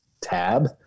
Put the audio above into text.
tab